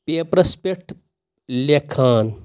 پیپرَس پٮ۪ٹھ لیٚکھان